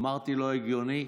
אמרתי: לא הגיוני.